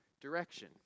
direction